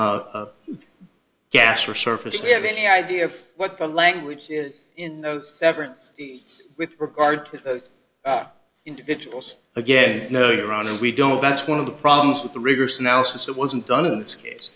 gas resurfaced we have any idea of what the language is in those severance with regard to those individuals again no you around and we don't that's one of the problems with the rigorous analysis that wasn't done in this case